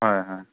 হয় হয়